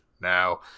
now